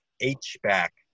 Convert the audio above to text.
H-back